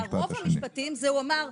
רוב המשפטים הוא אמר,